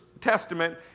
Testament